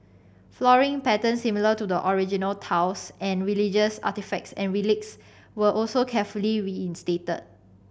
flooring patterns similar to the original tiles and religious artefacts and relics were also carefully reinstated